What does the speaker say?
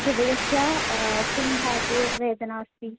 हृदयस्य किं भागे वेदना अस्ति